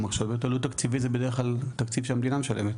כלומר כשאת אומרת עלות תקציבית זה בדרך כלל תקציב שהמדינה משלמת.